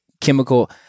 chemical